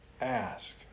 ask